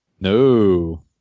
No